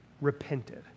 repented